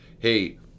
Hey